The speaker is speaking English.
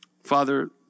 Father